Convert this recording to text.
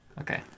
Okay